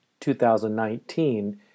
2019